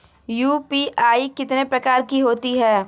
UPI कितने प्रकार की होती हैं?